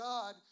God